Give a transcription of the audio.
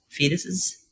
fetuses